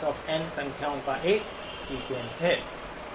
x n संख्याओं का एक सीक्वेंस है